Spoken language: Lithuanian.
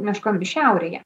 meškomis šiaurėje